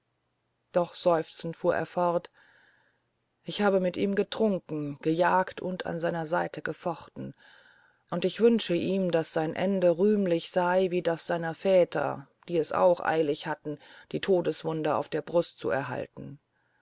und seufzend fuhr er fort ich habe mit ihm getrunken gejagt und an seiner seite gefochten und ich wünsche ihm daß sein ende rühmlich sei wie das seiner väter die es auch eilig hatten die todeswunde auf der brust zu erhalten